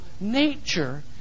nature